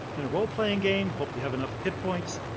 in a role-playing game, hope you have enough hit points